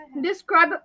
describe